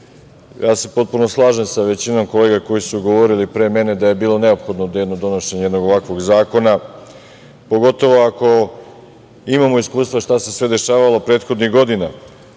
ja se potpuno slažem sa većinom kolega koji su govorili pre mene da je bilo neophodno donošenje jednog ovakvog zakona, pogotovo ako imamo iskustva šta se sve dešavalo prethodnih godina,